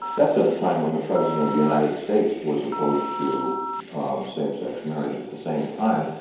that's at a time when the president of the united states was opposed to same-sex marriage at the same time.